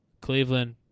Cleveland